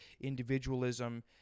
individualism